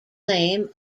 name